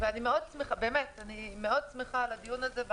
אני שמחה מאוד על הדיון הזה.